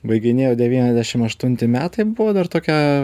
baiginėjau devyniasdešim aštunti metai buvo dar tokia